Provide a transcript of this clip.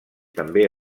també